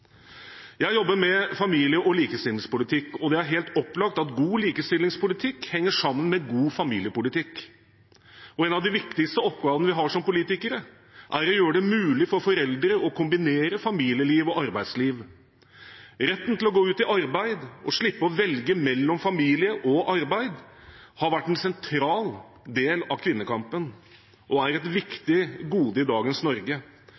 Jeg jobber med familie- og likestillingspolitikk, og det er helt opplagt at god likestillingspolitikk henger sammen med god familiepolitikk. En av de viktigste oppgavene vi har som politikere, er å gjøre det mulig for foreldre å kombinere familieliv og arbeidsliv. Retten til å gå ut i arbeid og slippe å velge mellom familie og arbeid har vært en sentral del av kvinnekampen og er et viktig gode i dagens Norge.